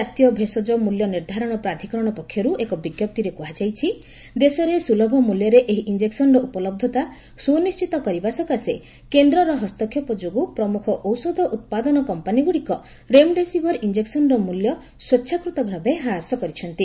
ଜାତୀୟ ଭେଷଜ ମୂଲ୍ୟ ନିର୍ଦ୍ଧାରଣ ପ୍ରାଧୀକରଣ ପକ୍ଷରୁ ଏକ ବିଞ୍ଜପ୍ତିରେ କୁହାଯାଇଛି ଦେଶରେ ସୁଲଭ ମୂଲ୍ୟରେ ଏହି ଇଞ୍ଜେକସନର ଉପଲବ୍ଧତା ସୁନିଣ୍ଟିତର କରିବା ସକାଶେ କେନ୍ଦ୍ରର ହସ୍ତକ୍ଷେପ ଯୋଗୁଁ ପ୍ରମୁଖ ଔଷଧ ଉତ୍ପାଦନ କମ୍ପାନୀଗୁଡିକ ରେମଡେସିଭର୍ ଇଞ୍ଜେକସନର ମୂଲ୍ୟ ସ୍ପେଚ୍ଛାକୃତଭାବେ ହ୍ରାସ କରିଛନ୍ତି